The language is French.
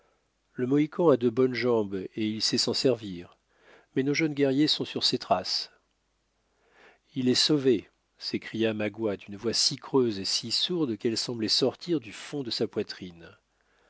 le mohican a de bonnes jambes et il sait s'en servir mais nos jeunes guerriers sont sur ses traces il est sauvé s'écria magua d'une voix si creuse et si sourde qu'elle semblait sortir du fond de sa poitrine